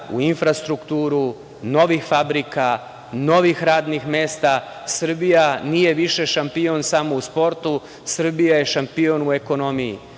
u infrastrukturu novih fabrika, novih radnih mesta. Srbija nije više šampion samo u sportu, Srbija je šampion u ekonomiji.